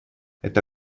это